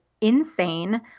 insane